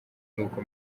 n’uko